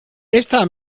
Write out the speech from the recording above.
esta